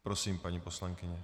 Prosím, paní poslankyně.